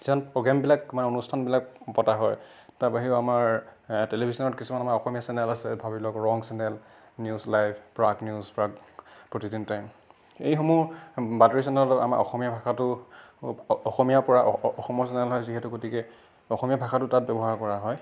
কিছুমান প্ৰগ্ৰেমবিলাক আমাৰ অনুষ্ঠানবিলাক পতা হয় তাৰ বাহিৰেও আমাৰ টেলিভিশ্যনত কিছুমান আমাৰ অসমীয়া চেনেল আছে ভাবি লওক Rang channel news live Prag news Prag Pratidin time এইসমূহ বাতৰি চেনেলত আমাৰ অসমীয়া ভাষাটো অসমীয়াৰ পৰা অস অসমৰ চেনেল হয় যিহেতু গতিকে অসমীয়া ভাষাটো তাত ব্যৱহাৰ কৰা হয়